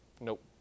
Nope